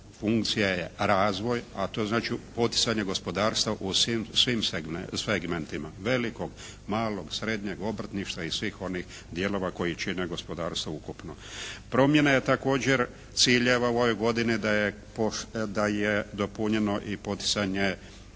funkcija je razvoj, a to znači poticanje gospodarstva u svim segmentima velikog, malog, srednjeg, obrtništva i svih onih dijelova koji čine gospodarstvo ukupno. Promjena je također ciljeva u ovoj godini da je dopunjeno i poticanje